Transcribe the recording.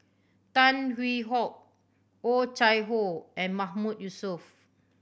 Tan Hwee Hock Oh Chai Hoo and Mahmood Yusof